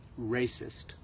racist